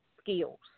skills